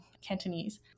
Cantonese